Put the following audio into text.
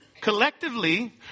collectively